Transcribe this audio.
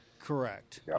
Correct